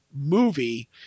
movie